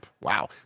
Wow